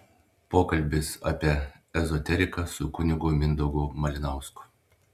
pokalbis apie ezoteriką su kunigu mindaugu malinausku